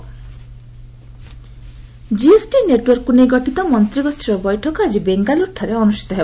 GSTN GoM GST ନେଟ୍ୱାର୍କକୁ ନେଇ ଗଠିତ ମନ୍ତ୍ରୀ ଗୋଷ୍ଠୀର ବୈଠକ ଆଜି ବାଙ୍ଗାଲୁରଠାରେ ଅନୁଷ୍ଠିତ ହେବ